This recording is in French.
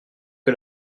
que